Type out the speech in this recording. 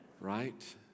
Right